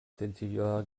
tentsioa